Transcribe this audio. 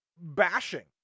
bashing